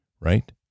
right